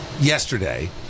yesterday